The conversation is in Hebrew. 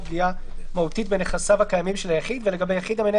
ככל שמנהל